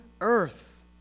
earth